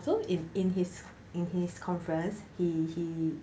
so in in his in his conference he he